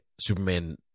Superman